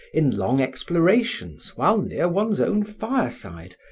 in long explorations while near one's own fireside,